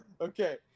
Okay